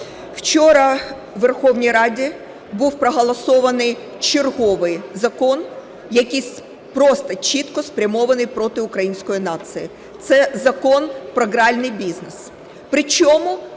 Вчора у Верховній Раді був проголосований черговий закон, який просто чітко спрямований проти української нації, – це Закон про гральний бізнес.